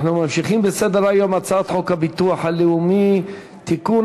אנחנו ממשיכים בסדר-היום: הצעת חוק הביטוח הלאומי (תיקון,